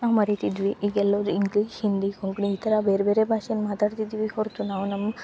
ನಮ್ಮ ರೀತಿ ಇದ್ವಿ ಈಗ ಎಲ್ಲರು ಇಂಗ್ಲೀಷ್ ಹಿಂದಿ ಕೊಂಕಣಿ ಈ ಥರ ಬೇರೆ ಬೇರೆ ಭಾಷೆನ ಮಾತಾಡ್ತಿದ್ವಿ ಹೊರ್ತು ನಾವು ನಮ್ಮ